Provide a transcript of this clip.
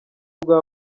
bwa